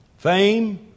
Fame